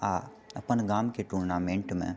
आ अपन गामके टुर्नामेन्टमे